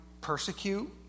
persecute